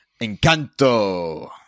Encanto